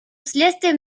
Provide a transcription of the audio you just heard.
вследствие